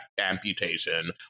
amputation